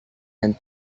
dan